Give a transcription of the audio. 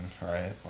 right